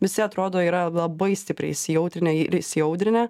visi atrodo yra labai stipriai įsijautrinę ir įsiaudrinę